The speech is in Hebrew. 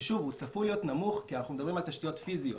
הוא צפוי להיות נמוך כי אנחנו מדברים על תשתיות פיזיות.